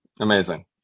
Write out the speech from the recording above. amazing